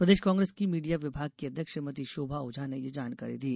प्रदेश कांग्रेस की मीडिया विभाग की अध्यक्ष श्रीमती शोभा ओझा ने यह जानकारी दी